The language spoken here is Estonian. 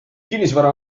kinnisvara